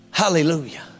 hallelujah